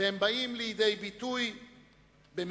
והם באים לידי ביטוי במסחר,